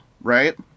right